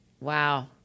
Wow